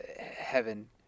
heaven